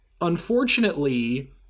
unfortunately